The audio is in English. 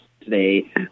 today